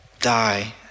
die